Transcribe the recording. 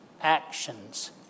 actions